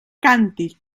càntic